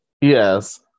Yes